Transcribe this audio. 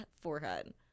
forehead